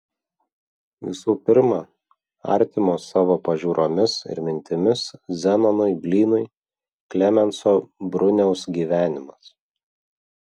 visų pirma artimo savo pažiūromis ir mintimis zenonui blynui klemenso bruniaus gyvenimas